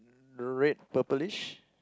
red purplish